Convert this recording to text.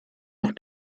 auf